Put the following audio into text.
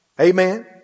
Amen